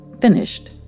finished